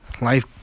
Life